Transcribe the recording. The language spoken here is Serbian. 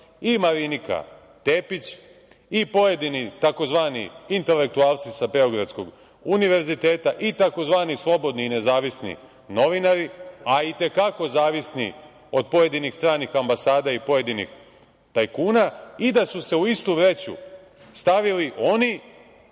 i Marinika Tepić i pojedini tzv. „intelektualci“ sa Beogradskog univerziteta i tzv. „slobodni i nezavisni novinari“, a i te kako zavisni od pojedinih stranih ambasada i pojedinih tajkuna i da su se u istu vreću stavili oni